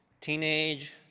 Teenage